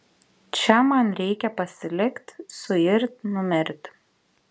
čia man reikia pasilikt suirt numirt